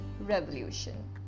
Revolution